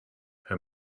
her